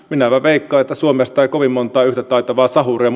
minäpä veikkaan että suomesta ei löydy kovin montaa yhtä taitavaa sahuria